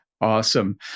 Awesome